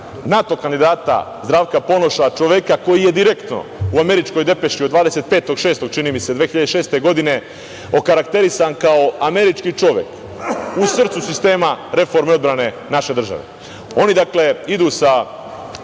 NATO kandidata Zdravka Ponoša, čoveka koji je direktno u američkoj depeši od 25. juna, čini mi se, 2006. godine okarakterisan kao američki čovek u srcu sistema reforme odbrane naše države. Oni, dakle, idu sa